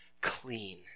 clean